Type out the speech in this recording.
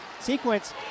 Sequence